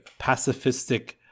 pacifistic